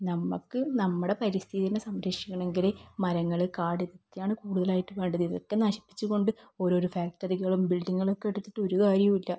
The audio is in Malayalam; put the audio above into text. നമുക്ക് നമ്മുടെ പരിസ്ഥിതിയെ സംരക്ഷിക്കണമെങ്കിൽ മരങ്ങൾ കാട് ഒക്കെയാണ് കൂടുതലായിട്ട് വേണ്ടത് ഇതൊക്കെ നശിപ്പിച്ച് കൊണ്ട് ഓരോരോ ഫാക്ടറികളും ബിൽഡിങ്ങുകളും ഒക്കെ എടുത്തിട്ട് ഒരു കാര്യവുമില്ല